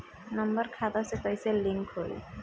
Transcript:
Number खाता से कईसे लिंक होई?